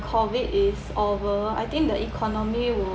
COVID is over I think the economy